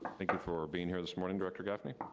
thank you for being here this morning, director gaffney.